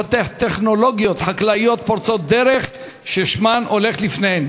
לפתח טכנולוגיות חקלאיות פורצות דרך ששמן הולך לפניהן.